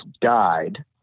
died